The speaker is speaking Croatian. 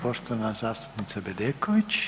Poštovana zastupnica Bedeković.